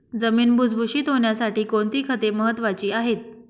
जमीन भुसभुशीत होण्यासाठी कोणती खते महत्वाची आहेत?